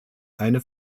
eine